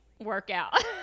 workout